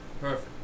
Perfect